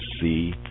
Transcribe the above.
see